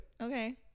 okay